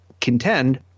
contend